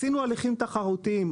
עשינו הליכים תחרותיים,